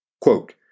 Quote